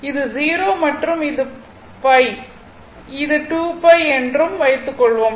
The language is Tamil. இது 0 இது மற்றும் இது இது 2π என்று வைத்துக்கொள்வோம்